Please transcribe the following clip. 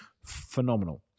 Phenomenal